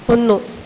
ഒന്ന്